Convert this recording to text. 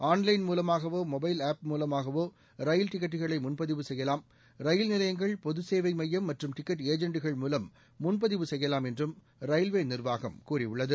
online மூலமாகவோ mobile app மூலமாகவோ rail டிக்கெட்டுகளை முன் பதிவு செய்யலாம்ரயில் நிலையங்கள் பொது சேவை எமயம் மற்றும் டிக்கெட் ஏஜெண்டுகள் மூலம் முன் பதிவு செய்யலாம் என்று ரயில்வே நிரவாகம் கூறியுள்ளது